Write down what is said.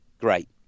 Great